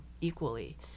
equally